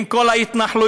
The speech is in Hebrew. עם כל ההתנחלויות,